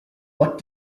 what